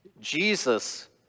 Jesus